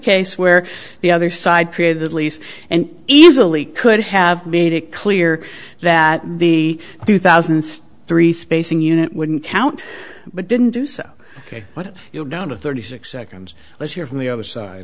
case where the other side created the lease and easily could have made it clear that the two thousand and three spacing unit wouldn't count but didn't do so ok but down to thirty six seconds let's hear from the other side